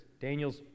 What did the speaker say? Daniel's